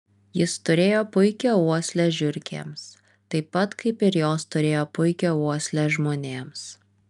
jis turėjo puikią uoslę žiurkėms taip pat kaip ir jos turėjo puikią uoslę žmonėms